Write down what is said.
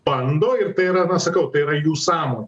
bando ir tai yra na sakau tai yra jų sąmonė